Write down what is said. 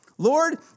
Lord